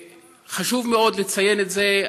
חשוב מאוד לציין את זה,